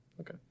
Okay